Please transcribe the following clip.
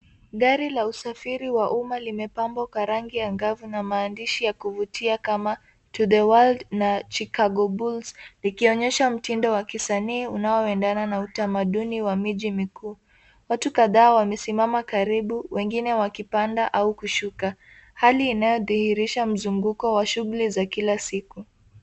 Gari la usafiri wa umma limepambwa kwa rangi angavu na maandishi ya kuvutia kama to the world na Chicago Bulls likionyesha mtindo wa kisanii unaoendana na utamaduni wa miji mikuu. Watu kadhaa wamesimama karibu wengine wakipanda au kushuka, hali inayodhihirisha mzunguko wa shughuli za kila siku.